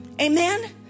Amen